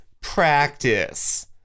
practice